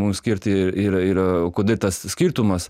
mums skirti ir ir kodėl tas skirtumas